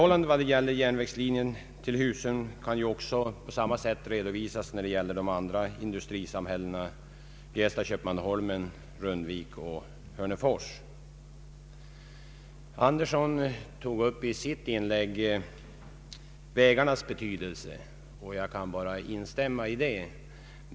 Liknande förhållanden kan redovisas när det gäller de andra industrisamhällena — Bjästa, Köpmanholmen, Rundvik och Hörnefors. Herr Andersson berörde vägarnas betydelse, och jag kan i stort instämma i hans synpunkter.